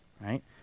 Right